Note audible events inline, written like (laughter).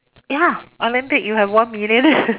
ya Olympic you have one million (laughs)